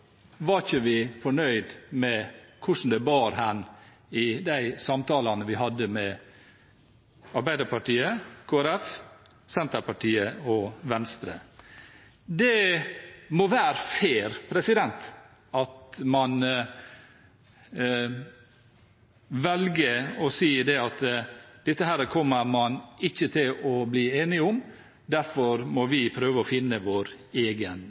vi ikke fornøyd med hvor det bar i de samtalene vi hadde med Arbeiderpartiet, Kristelig Folkeparti, Senterpartiet og Venstre. Det må være fair at man velger å si at dette kommer man ikke til å bli enige om, derfor må vi prøve å finne vår egen